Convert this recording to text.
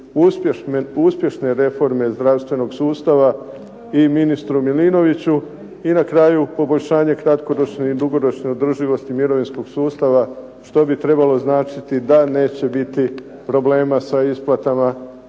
uspješne reforme zdravstvenog sustava i ministru Milinoviću. I na kraju poboljšanje kratkoročne i dugoročne održivosti mirovinskog sustava što bi trebalo značiti da neće biti problema sa isplatama